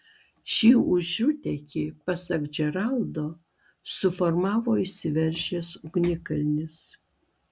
šį užutėkį pasak džeraldo suformavo išsiveržęs ugnikalnis